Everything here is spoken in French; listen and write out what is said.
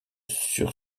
sur